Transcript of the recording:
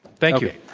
thank you. okay.